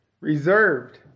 Reserved